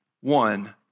one